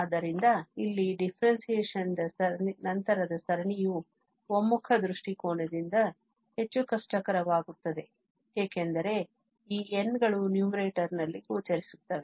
ಆದ್ದರಿಂದ ಇಲ್ಲಿ differentiation ದ ನಂತರದ ಸರಣಿಯು ಒಮ್ಮುಖ ದೃಷ್ಟಿಕೋನದಿಂದ ಹೆಚ್ಚು ಕಷ್ಟಕರವಾಗುತ್ತದೆ ಏಕೆಂದರೆ ಈ n ಗಳು numerator ನಲ್ಲಿ ಗೋಚರಿಸುತ್ತವೆ